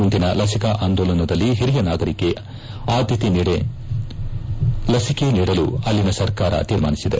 ಮುಂದಿನ ಲಸಿಕಾ ಆಂದೋಲನದಲ್ಲಿ ಹಿರಿಯ ನಾಗರಿಕರಿಗೆ ಆದ್ದತೆ ಮೇಲೆ ಲಿಸಿಕೆ ನೀಡಲು ಅಲ್ಲಿನ ಸರ್ಕಾರ ತೀರ್ಮಾನಿಸಿದೆ